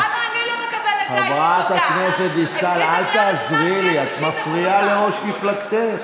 חבר הכנסת עודה, קריאה ראשונה.